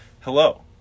Hello